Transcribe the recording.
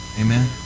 Amen